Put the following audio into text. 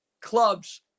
clubs